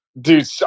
dude